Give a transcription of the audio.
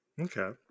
Okay